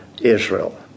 Israel